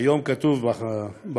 היום כתוב בחוק